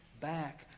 back